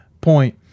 point